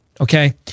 Okay